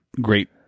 great